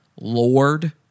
lord-